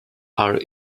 are